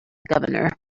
governor